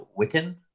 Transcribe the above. Wiccan